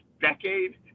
decade